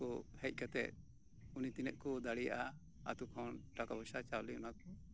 ᱦᱮᱡ ᱠᱟᱛᱮ ᱩᱱᱤ ᱛᱤᱱᱟᱹᱜ ᱠᱚ ᱫᱟᱲᱮᱭᱟᱜ ᱠᱞᱟᱵᱽ ᱠᱷᱚᱱ ᱴᱟᱠᱟ ᱯᱚᱭᱥᱟ ᱪᱟᱣᱞᱮ ᱚᱱᱟᱠᱚ